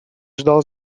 ждал